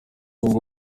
ubu